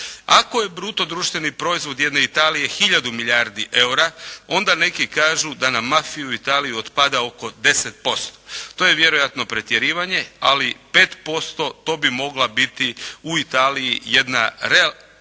Ako je bruto društveni proizvod jedne Italije hiljadu milijardi eura onda neki kažu da na mafiju u Italiji otpada oko 10%. To je vjerojatno pretjerivanje, ali 5% to bi mogla biti u Italiji jedna realna